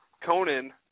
Conan